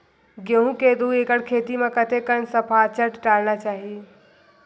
गेहूं के दू एकड़ खेती म कतेकन सफाचट डालना चाहि?